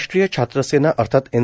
राष्ट्रीय छात्र सेना अर्थात एन